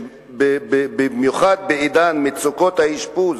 במיוחד בעידן מצוקות האשפוז